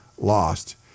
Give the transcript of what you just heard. lost